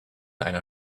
einer